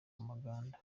umuganda